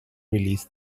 released